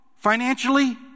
Financially